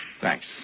Thanks